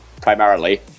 primarily